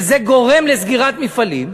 וזה גורם לסגירת מפעלים,